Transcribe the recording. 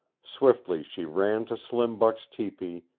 swiftly she ran to slim buck's tepee,